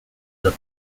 the